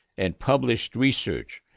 and published research,